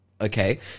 Okay